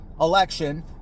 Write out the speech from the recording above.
election